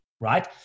right